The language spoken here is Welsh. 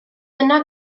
yno